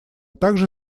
также